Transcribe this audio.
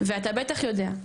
ואתה בטח יודע.